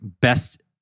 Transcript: best